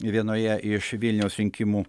vienoje iš vilniaus rinkimų